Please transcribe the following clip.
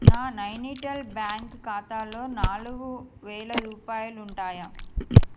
నా నైనిటాల్ బ్యాంక్ ఖాతాలో నాలుగు వేల రూపాయాలుంటాయా